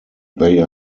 they